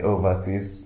Overseas